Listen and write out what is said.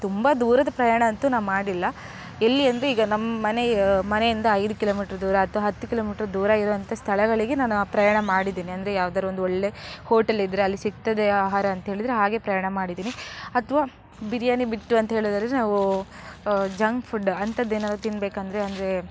ತುಂಬ ದೂರದ ಪ್ರಯಾಣ ಅಂತೂ ನಾ ಮಾಡಿಲ್ಲ ಎಲ್ಲಿ ಅಂದರೆ ಈಗ ನಮ್ಮ ಮನೆ ಮನೆಯಿಂದ ಐದು ಕಿಲೋಮೀಟ್ರ್ ದೂರ ಅಥ್ವಾ ಹತ್ತು ಕಿಲೋಮೀಟ್ರ್ ದೂರ ಇರೋವಂಥ ಸ್ಥಳಗಳಿಗೆ ನಾನು ಆ ಪ್ರಯಾಣ ಮಾಡಿದೀನಿ ಅಂದರೆ ಯಾವ್ದಾದ್ರು ಒಂದು ಒಳ್ಳೆಯ ಹೋಟೆಲ್ಲಿದ್ದರೆ ಅಲ್ಲಿ ಸಿಗ್ತದೆ ಆಹಾರ ಅಂತ್ಹೇಳಿದರೆ ಹಾಗೆ ಪ್ರಯಾಣ ಮಾಡಿದೀನಿ ಅಥ್ವಾ ಬಿರಿಯಾನಿ ಬಿಟ್ಟು ಅಂತ ಹೇಳೋದಾದ್ರೆ ನಾವು ಜಂಕ್ ಫುಡ್ ಅಂಥದ್ದೇನಾದ್ರೂ ತಿನ್ಬೇಕಂದರೆ ಅಂದರೆ